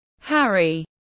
Harry